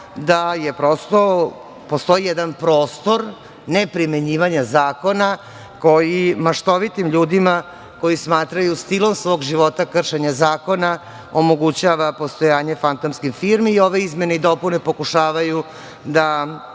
da prosto postoji jedan prostor ne primenjivanja zakona koji maštovitim ljudima koji smatraju stilom svog života kršenje zakona omogućava postojanje fantomskih firmi i ove izmene i dopune pokušavaju da